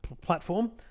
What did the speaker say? platform